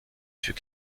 fut